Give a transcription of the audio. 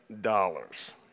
dollars